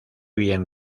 bien